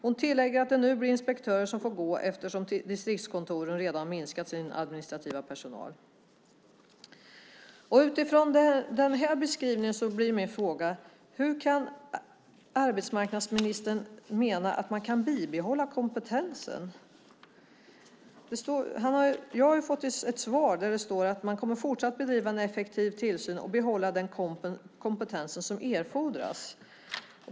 Hon tillägger att det nu blir inspektörer som får gå, eftersom distriktskontoren redan minskat sin administrativa personal." Utifrån den här beskrivningen blir min fråga: Hur kan arbetsmarknadsministern mena att man kan behålla kompetensen? Jag har ju fått ett svar där det står att man fortsatt kommer att bedriva en effektiv tillsyn och behålla den kompetens som erfordras.